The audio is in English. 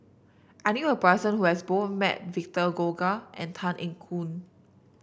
I knew a person who has both met Victor Doggett and Tan Eng Yoon